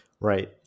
right